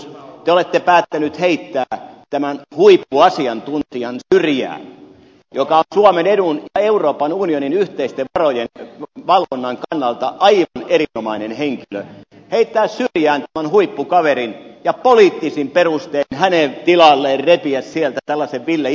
te olette päättäneet heittää syrjään tämän huippuasiantuntijan joka on suomen edun ja euroopan unionin yhteisten varojen valvonnan kannalta aivan erinomainen henkilö heittää syrjään tämän huippukaverin ja poliittisin perustein hänen tilalleen repiä sieltä tällaisen ville itälän